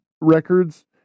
records